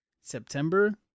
september